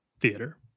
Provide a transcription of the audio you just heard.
theater